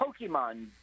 Pokemon